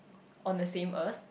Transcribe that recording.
on the same Earth